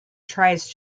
tries